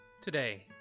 Today